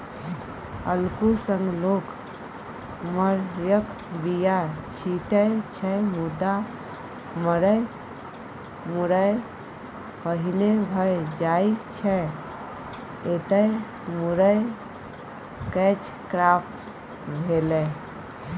अल्लुक संग लोक मुरयक बीया छीटै छै मुदा मुरय पहिने भए जाइ छै एतय मुरय कैच क्रॉप भेलै